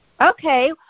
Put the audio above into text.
Okay